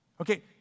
Okay